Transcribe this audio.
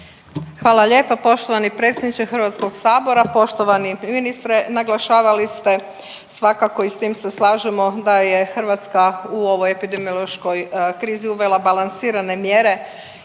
Hvala lijepa poštovani predsjedniče HS. Poštovani ministre, naglašavali ste svakako i s tim se slažemo da je Hrvatska u ovoj epidemiološkoj krizi uvela balansirane mjere